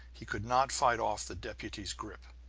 he could not fight off the deputy's grip.